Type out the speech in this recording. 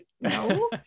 No